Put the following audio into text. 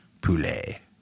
Poulet